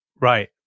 Right